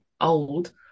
old